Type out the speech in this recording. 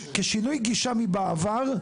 כשינוי גישה מבעבר,